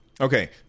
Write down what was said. Okay